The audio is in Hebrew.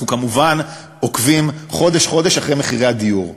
אנחנו כמובן עוקבים חודש-חודש אחרי מחירי הדיור.